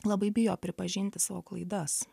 labai bijo pripažinti savo klaidas